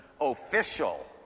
official